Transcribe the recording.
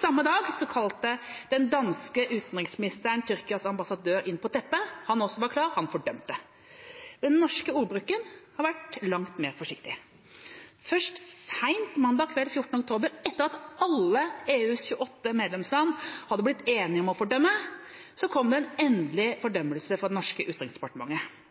Samme dag kalte den danske utenriksministeren Tyrkias ambassadør inn på teppet. Også han var klar: Han fordømte. Den norske ordbruken har vært langt mer forsiktig. Først sent mandag kveld, 14. oktober, etter at alle EUs 28 medlemsland hadde blitt enige om å fordømme, kom det endelig en fordømmelse fra det norske utenriksdepartementet.